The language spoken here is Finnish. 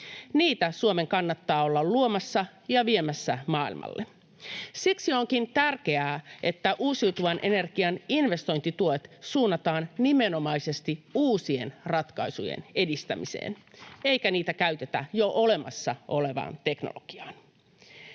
Niitä Suomen kannattaa olla luomassa ja viemässä maailmalle. Siksi onkin tärkeää, että uusiutuvan energian investointituet suunnataan nimenomaisesti uusien ratkaisujen edistämiseen eikä niitä käytetä jo olemassa olevaan teknologiaan.